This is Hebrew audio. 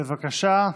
בבקשה,